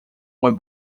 when